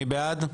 מי בעד?